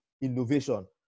innovation